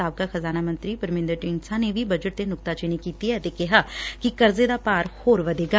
ਸਾਬਕਾ ਖ਼ਜ਼ਾਨਾ ਮੰਤਰੀ ਪਰਮੰਦਰ ਸੰਘ ਢੀਂਡਸਾ ਨੇ ਵੀ ਬਜਟ ਤੇ ਨੁਕਤਾਚੀਨੀ ਕੀਤੀ ਐ ਅਤੇ ਕਿਹਾ ਕਿ ਕਰਜ਼ੇ ਦਾ ਭਾਰ ਹੋਰ ਵਧੇਗਾ